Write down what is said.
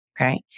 Okay